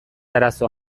arazo